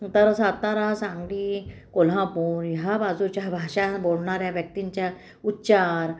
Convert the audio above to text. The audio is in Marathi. तर सातारा सांगली कोल्हापूर ह्या बाजूच्या भाषा बोलणाऱ्या व्यक्तींच्या उच्चार